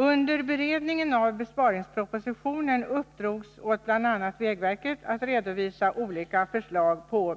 Under beredningen av besparingspropositionen uppdrogs åt bl.a. vägverket att redovisa olika